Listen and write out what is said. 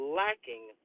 lacking